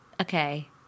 Okay